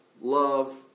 love